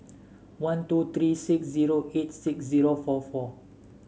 one two three six zero eight six zero four four